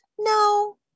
No